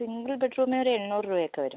single ബെഡ്റൂമിന് ഒരു എണ്ണൂറ് രൂപയൊക്കെ വരും